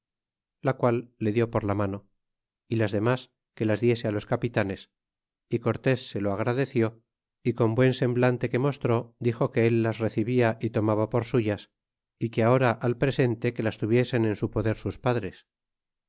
la qual le dió por la mano y las demas que las diese los capitanes y cortés se lo agradeció y con buen semblante que mostró dixo que el las recibia y tomaba por suyas y que ahora al presente que las tuviesen en su poder sus padres